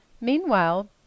meanwhile